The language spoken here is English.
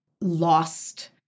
lost